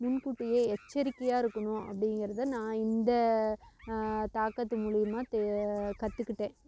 முன்கூட்டியே எச்சரிக்கையாக இருக்கணும் அப்படிங்கிறத நான் இந்த தாக்கத்து மூலயமா தெ கற்றுக்கிட்டேன்